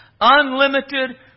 unlimited